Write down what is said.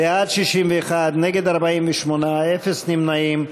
בעד, 61, נגד, 48, אפס נמנעים.